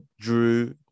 drew